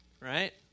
right